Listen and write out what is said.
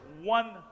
one